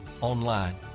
online